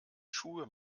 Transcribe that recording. schuhe